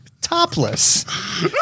topless